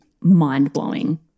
mind-blowing